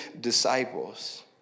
disciples